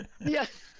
Yes